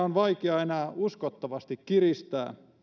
on vaikea enää uskottavasti kiristää